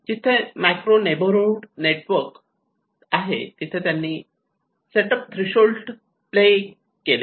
जेथे micro neighbourhood नेटवर्कसह त्यांनी सेट अप थ्रेशोल्ड प्ले केले